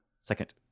Second